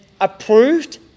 approved